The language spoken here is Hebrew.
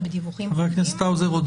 חבר הכנסת האוזר, עוד אין להם.